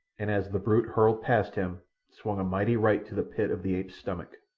and as the brute hurtled past him swung a mighty right to the pit of the ape's stomach.